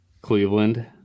Cleveland